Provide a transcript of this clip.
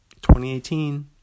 2018